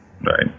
Right